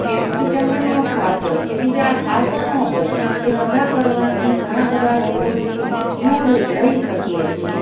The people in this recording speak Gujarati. કે પછી ચંદ્ર નમસ્કાર હોય કે બીજા આસનો હોય એ બધા કરવાથી ઘણા બધા રોગોથી દૂર રહી શકીએ છીએ